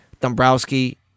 Dombrowski